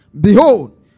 behold